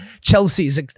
Chelsea's